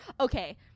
Okay